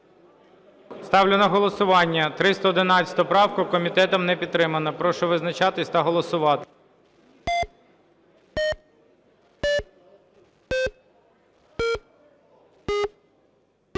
Ставлю на голосування 311 правку. Комітетом не підтримана. Прошу визначатись та голосувати.